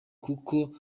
kuko